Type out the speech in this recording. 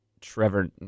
Trevor